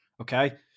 Okay